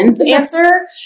answer